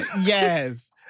Yes